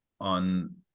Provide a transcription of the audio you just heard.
on